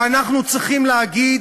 ואנחנו צריכים להגיד: